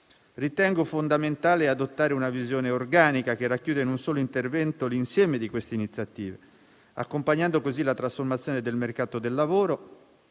Ritengo fondamentale adottare una visione organica, che racchiuda in un solo intervento l'insieme di queste iniziative, accompagnando così la trasformazione del mercato del lavoro